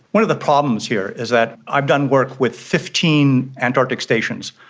one of the problems here is that i've done work with fifteen antarctic stations,